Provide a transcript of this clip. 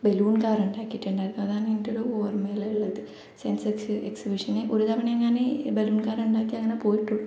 balloon car ഉണ്ടാക്കിയിട്ടുണ്ടായിരുന്നു അതാണ് എൻ്റെ ഒരു ഓർമയിലുള്ളത് സയൻസ് എക്സി എക്സിബിഷന് ഒരു തവണ എങ്ങാനെ ബലൂൺ കാർ ഉണ്ടാക്കി അങ്ങനെ പോയിട്ടുള്ളൂ